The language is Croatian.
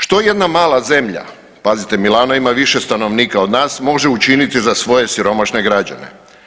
Što jedna mala zemlja, pazite Milano ima više stanovnika od nas, može učiniti za svoje siromašne građane?